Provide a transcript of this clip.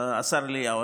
השר אליהו,